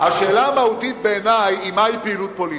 השאלה המהותית בעיני היא מהי פעילות פוליטית.